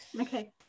okay